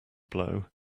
blow